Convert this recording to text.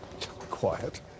Quiet